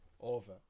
over